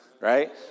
right